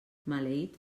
maleït